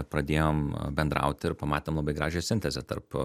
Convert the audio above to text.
pradėjom bendrauti ir pamatėm labai gražią sintezę tarp